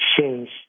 change